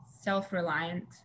self-reliant